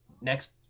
Next